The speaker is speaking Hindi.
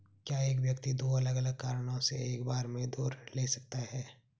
क्या एक व्यक्ति दो अलग अलग कारणों से एक बार में दो ऋण ले सकता है?